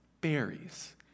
berries